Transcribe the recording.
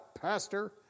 pastor